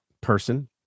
person